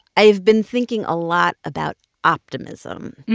i have been thinking a lot about optimism.